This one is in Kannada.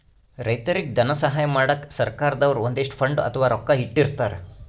ರೈತರಿಗ್ ಧನ ಸಹಾಯ ಮಾಡಕ್ಕ್ ಸರ್ಕಾರ್ ದವ್ರು ಒಂದಿಷ್ಟ್ ಫಂಡ್ ಅಥವಾ ರೊಕ್ಕಾ ಇಟ್ಟಿರ್ತರ್